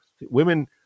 Women